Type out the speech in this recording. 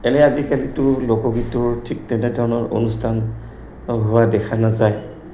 এনেই আজিকালিতো লোকগীতৰ ঠিক তেনেধৰণৰ অনুষ্ঠান হোৱা দেখা নাযায়